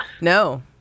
No